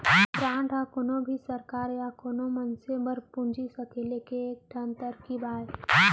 bond ह कोनो भी सरकार या कोनो मनसे बर पूंजी सकेले के एक ठन तरकीब अय